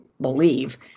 believe